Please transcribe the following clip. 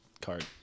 card